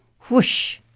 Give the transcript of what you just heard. Whoosh